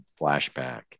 flashback